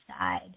side